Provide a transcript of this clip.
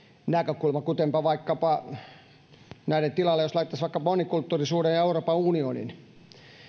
näkökulma kuten se jos näiden tilalle laittaisi vaikka monikulttuurisuuden ja euroopan unionin